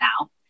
now